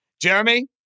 Jeremy